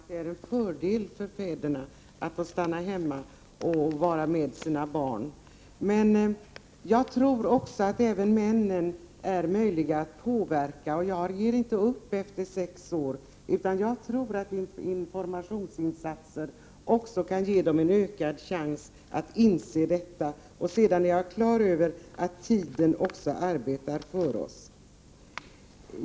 Herr talman! Jag delar Ragnhild Pohankas uppfattning att det är en fördel för fäderna att kunna stanna hemma och vara med sina barn. Men jag tror att även männen är möjliga att påverka. Jag ger inte upp efter sex år, utan jag tror att informationsinsatser kan ge dem en ökad chans att inse detta. Sedan är jag på det klara med att tiden också arbetar för oss.